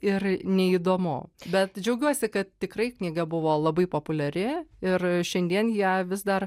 ir neįdomu bet džiaugiuosi kad tikrai knyga buvo labai populiari ir šiandien ją vis dar